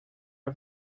are